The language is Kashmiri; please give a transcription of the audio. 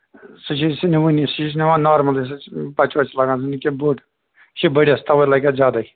سُہ چھُ أسۍ نِوان سُہ چھُ نِوان نارملٕے بَچہِ وچہِ لاگان یہِ نہَ کیٚنٛہہ توتہِ یہِ چھُ بٔڈِس تَوے لَگہِ اتھ زیادَے